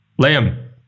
Liam